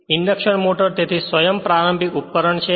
induction motor તેથી સ્વ પ્રારંભિક ઉપકરણ છે